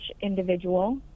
individual